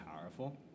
powerful